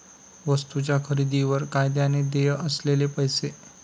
वस्तूंच्या खरेदीवर कायद्याने देय असलेले पैसे